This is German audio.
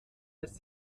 lässt